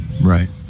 Right